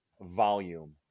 volume